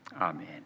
Amen